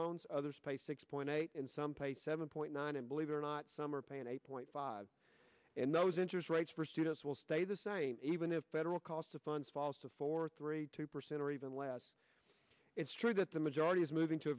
loans others pay six point eight and some pay seven point nine and believe it or not some are paying eight point five and those interest rates for students will stay the same even if federal cost of funds falls to four three two percent or even less it's true that the majority is moving to